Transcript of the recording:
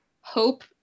hope